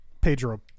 pedro